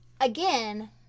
again